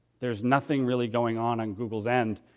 there's nothing really going on on google's end,